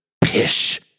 Pish